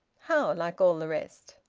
how like all the rest?